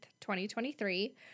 2023